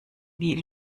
wie